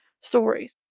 stories